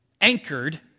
anchored